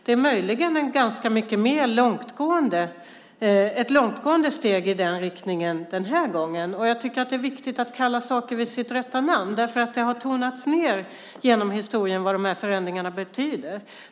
Den här gången är det möjligen ett betydligt mer långtgående steg i den riktningen, och jag tycker att det är viktigt att kalla saker vid deras rätta namn. Det har nämligen genom historien tonats ned vad förändringarna betyder.